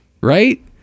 right